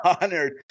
honored